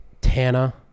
Tana